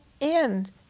end